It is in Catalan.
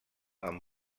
amb